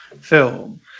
film